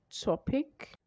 topic